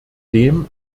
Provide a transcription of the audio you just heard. dem